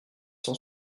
cent